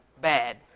bad